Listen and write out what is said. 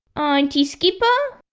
auntie skipper.